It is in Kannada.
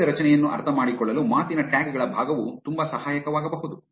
ವಾಕ್ಯದ ರಚನೆಯನ್ನು ಅರ್ಥಮಾಡಿಕೊಳ್ಳಲು ಮಾತಿನ ಟ್ಯಾಗ್ ಗಳ ಭಾಗವು ತುಂಬಾ ಸಹಾಯಕವಾಗಬಹುದು